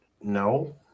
no